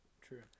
True